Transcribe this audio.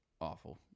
awful